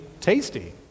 tasty